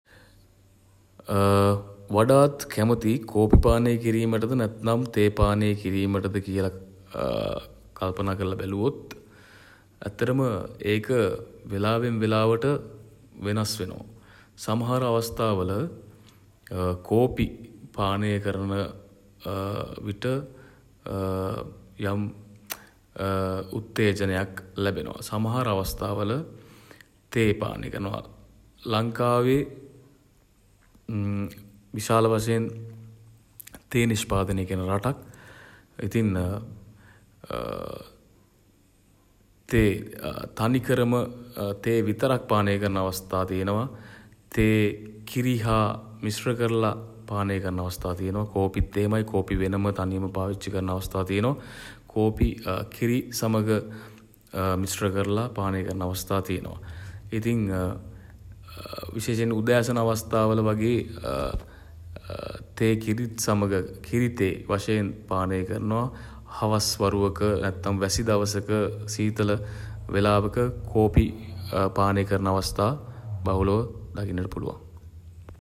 වඩාත් කැමති කෝපි පානය කිරීමටද? නැත්තම් තේ පානය කිරීමටද? කියල කල්පනා කරලා බැලුවොත් ඇත්තටම ඒක වේලාවෙන් වෙලාවට වෙනස් වෙනවා. සමහර අවස්ථා වල කෝපි පානය කරන විට යම් උත්තේජනයක් ලැබෙනවා. සමහර අවස්ථා වල තේ පානය කරනවා. ලංකාවේ විශාල වශයෙන් තේ නිෂ්පාදනය කෙරෙන රටක්. ඉතින් තේ තනිකරම තේ විතරක් පානය කරන අවස්ථා තියෙනවා. තේ කිරි හා මිශ්‍ර කරල පානය කරන අවස්ථා තියෙනවා. කෝපිත් එහෙමයි. කෝපි වෙනම තනියම පාවිච්චි කරන අවස්ථා තියෙනවා. කෝපි කිරි සමඟ මිශ්‍ර කරලා පානය කරන අවස්ථා තියෙනවා. ඉතින් විශේෂයෙන් උදෑසන අවස්ථා වල වගේ තේ කිරිත් සමඟ කිරි තේ වශයෙන් පානය කරනවා. හවස් වරුවක නැත්නම් වැසි දවසක සීතල වෙලාවක කෝපි පානය කරන අවස්ථා බහුලව දකින්නට පුළුවන්.